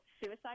suicide